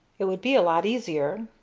it would be a lot easier.